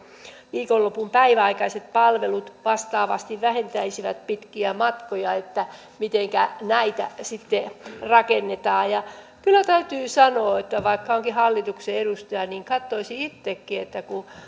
viikonlopun päiväaikaiset palvelut vastaavasti vähentäisivät pitkiä matkoja niin mitenkä näitä sitten rakennetaan kyllä täytyy sanoa että vaikka olenkin hallituksen edustaja niin katsoisin itsekin että kun